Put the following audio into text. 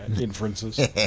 Inferences